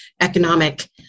economic